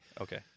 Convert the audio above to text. Okay